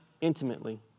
intimately